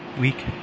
Week